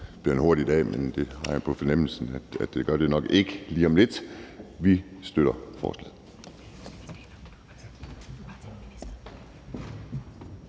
det bliver en hurtig dag, men det har jeg på fornemmelsen at det nok ikke gør: Vi støtter forslaget.